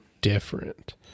different